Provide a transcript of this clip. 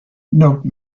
note